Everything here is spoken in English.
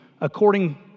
according